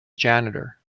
janitor